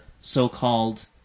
so-called